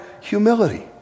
humility